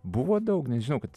buvo daug nes žinau kad